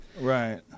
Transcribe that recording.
Right